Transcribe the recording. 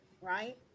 right